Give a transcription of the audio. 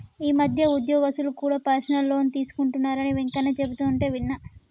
ఈ మధ్య ఉద్యోగస్తులు కూడా పర్సనల్ లోన్ తీసుకుంటున్నరని వెంకన్న చెబుతుంటే విన్నా